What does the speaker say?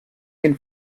den